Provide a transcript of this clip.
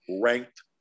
ranked